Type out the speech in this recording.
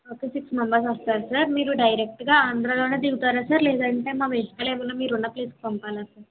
okay six members వస్తారా sir మీరు డైరెక్ట్గా ఆంధ్రాలోనే దిగుతారా సార్ లేదంటే మా వెహికల్ ఏమైనా మీరున్న ప్లేస్కి పంపాలా సార్